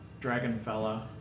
Dragonfella